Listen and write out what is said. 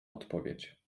odpowiedź